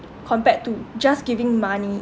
compared to just giving money